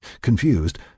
Confused